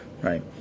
right